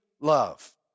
love